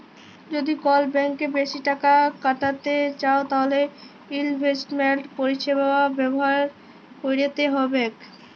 যদি কল ব্যাংকে বেশি টাকা খ্যাটাইতে চাউ তাইলে ইলভেস্টমেল্ট পরিছেবা ব্যাভার ক্যইরতে হ্যবেক